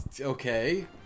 Okay